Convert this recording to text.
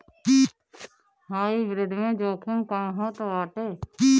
hybrid में जोखिम कम होत बाटे